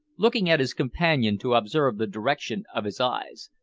looking at his companion to observe the direction of his eyes.